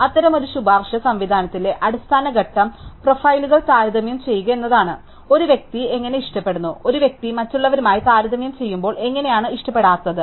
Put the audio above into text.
അതിനാൽ അത്തരം ഒരു ശുപാർശ സംവിധാനത്തിലെ അടിസ്ഥാന ഘട്ടം പ്രൊഫൈലുകൾ താരതമ്യം ചെയ്യുക എന്നതാണ് ഒരു വ്യക്തി എങ്ങനെ ഇഷ്ടപ്പെടുന്നു ഒരു വ്യക്തി മറ്റുള്ളവരുമായി താരതമ്യം ചെയ്യുമ്പോൾ എങ്ങനെയാണ് ഇഷ്ടപ്പെടാത്തത്